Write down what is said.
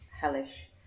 hellish